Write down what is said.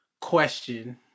question